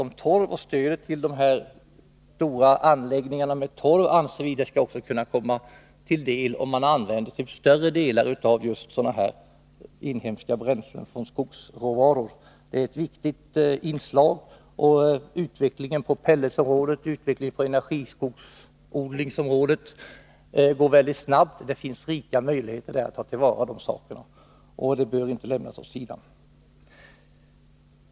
Vi tycker att stöd till dessa stora anläggningar med torv skall kunna utgå, om man till större del använder sig av inhemska bränslen från skogsråvaror. Utvecklingen på pelletsområdet och energiskogsodlingsområdet går mycket snabbt. Det finns rika möjligheter att ta till vara där, och de bör inte lämnas åtsido.